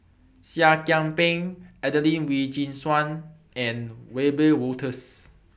Seah Kian Peng Adelene Wee Chin Suan and Wiebe Wolters